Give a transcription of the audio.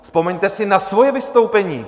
Vzpomeňte si na svoje vystoupení!